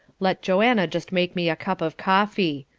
let joanna just make me a cup of coffee.